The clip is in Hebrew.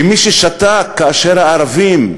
כי מי ששתק כאשר הערבים נרדפו,